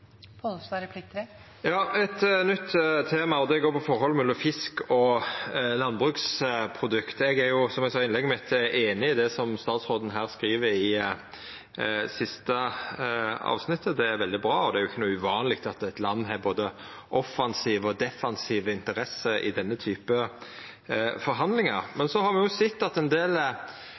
Eit nytt tema, og det går på forholdet mellom fisk og landbruksprodukt. Eg er, som eg sa i innlegget mitt, einig i det som statsråden her skriv i det siste avsnittet. Det er veldig bra, og det er jo ikkje noko uvanleg at eit land har både offensive og defensive interesser i denne typen forhandlingar. Men så har me jo òg sett at ein del